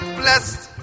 blessed